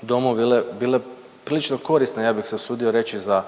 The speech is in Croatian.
domu bile, bile prilično korisne ja bih se usudio reći za